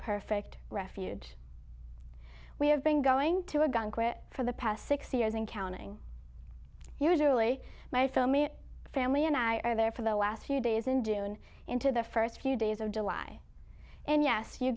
perfect refuge we have been going to a gun quit for the past six years and counting years early my film family and i are there for the last few days in june into the first few days of july and yes you